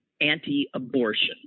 anti-abortion